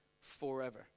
forever